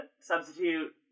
substitute